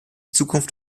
zukunft